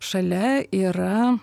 šalia yra